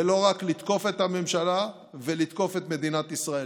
ולא רק לתקוף את הממשלה ולתקוף את מדינת ישראל.